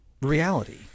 reality